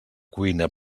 cuina